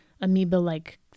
amoeba-like